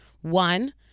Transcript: One